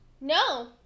No